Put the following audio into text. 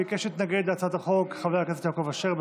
ביקש להתנגד להצעת החוק חבר הכנסת יעקב אשר.